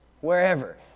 wherever